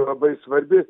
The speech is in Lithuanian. labai svarbi